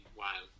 wow